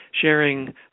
Sharing